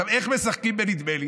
עכשיו, איך משחקים בנדמה לי?